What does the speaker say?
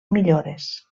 millores